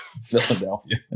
Philadelphia